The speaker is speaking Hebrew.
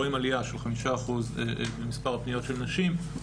רואים עלייה של 5 אחוז במספר הפניות של נשים,